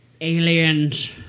Aliens